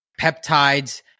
peptides